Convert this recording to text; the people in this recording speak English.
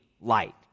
light